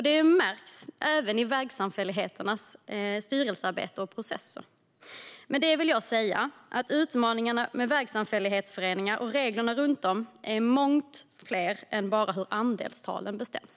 Det märks även i vägsamfälligheternas styrelsearbete och processer. Med detta vill jag säga att utmaningarna med vägsamfällighetsföreningar och reglerna för dem är mångt fler än bara hur andelstalen bestäms.